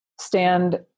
stand